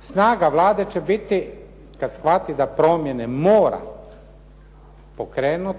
Snaga Vlade će biti kad shvati da promjene mora pokrenuti,